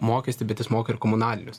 mokestį bet jis moka ir komunalinius